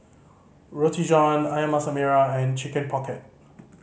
Roti John Ayam Masak Merah and Chicken Pocket